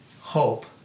hope